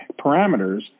parameters